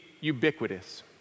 ubiquitous